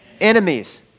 Enemies